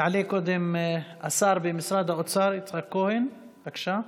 יעלה קודם השר במשרד האוצר יצחק כהן, בבקשה.